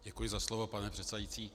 Děkuji za slovo, pane předsedající.